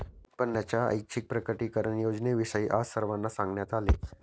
उत्पन्नाच्या ऐच्छिक प्रकटीकरण योजनेविषयी आज सर्वांना सांगण्यात आले